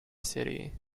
city